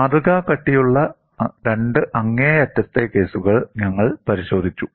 മാതൃകാ കട്ടിയുള്ള രണ്ട് അങ്ങേയറ്റത്തെ കേസുകൾ ഞങ്ങൾ പരിശോധിച്ചു